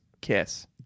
kiss